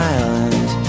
Island